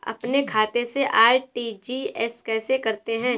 अपने खाते से आर.टी.जी.एस कैसे करते हैं?